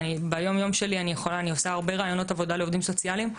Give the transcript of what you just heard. ביום-יום שלי אני עושה הרבה ראיונות עבודה לעובדים סוציאליים.